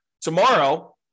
tomorrow